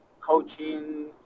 coaching